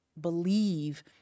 believe